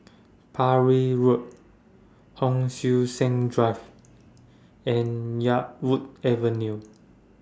Parry Road Hon Sui Sen Drive and Yarwood Avenue